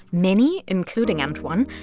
many, including antwan,